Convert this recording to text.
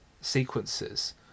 sequences